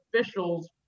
officials